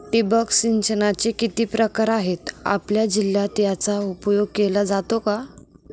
ठिबक सिंचनाचे किती प्रकार आहेत? आपल्या जिल्ह्यात याचा उपयोग केला जातो का?